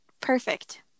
Perfect